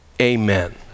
amen